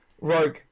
Rogue